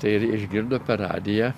tai ir išgirdo per radiją